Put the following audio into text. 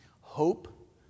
Hope